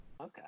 okay